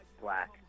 black